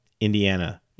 Indiana